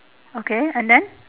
okay and then